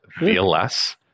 VLS